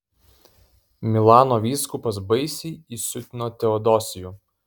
milano vyskupas baisiai įsiutino teodosijų